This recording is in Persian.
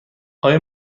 آیا